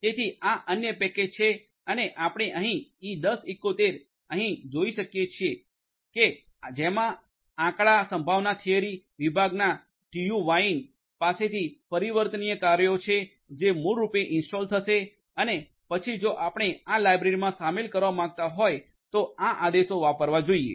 તેથી આ અન્ય પેકેજ છે અને આપણે અહીં e1071 અહીં જોઈ શકીએ છીએ છે કે જેમાં આંકડા સંભાવના થિયરી વિભાગના ટીયુ વાઈન પાસેથી પરિવર્તનીય કાર્યો છે જે મૂળરૂપે ઇન્સ્ટોલ થશે અને તે પછી જો આપણે આ લાઇબ્રરીમા શામેલ કરવા માંગતા હોય તો આ આદેશો વાપરવા જોઈએ